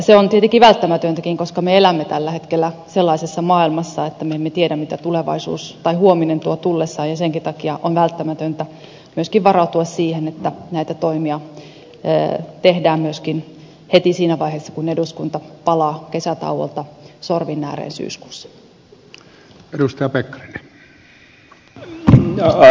se on tietenkin välttämätöntäkin koska me elämme tällä hetkellä sellaisessa maailmassa että me emme tiedä mitä huominen tuo tullessaan ja senkin takia on välttämätöntä myöskin varautua siihen että näitä toimia tehdään myöskin heti siinä vaiheessa kun eduskunta palaa kesätauolta sorvin ääreen syyskuussa